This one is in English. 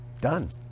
Done